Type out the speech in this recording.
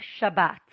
Shabbat